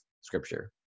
scripture